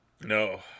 No